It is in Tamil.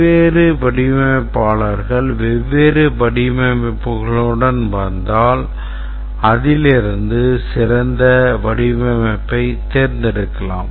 வெவ்வேறு வடிவமைப்பாளர்கள் வெவ்வேறு வடிவமைப்புகளுடன் வந்தால் அதிலிருந்து சிறந்த வடிவமைப்பைத் தேர்ந்தெடுக்கலாம்